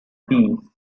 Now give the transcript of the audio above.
peace